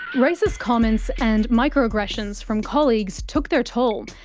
racist comments and micro aggressions from colleagues took their toll,